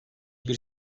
bir